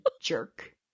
Jerk